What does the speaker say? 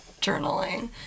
journaling